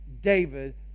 David